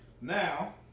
Now